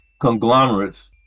conglomerates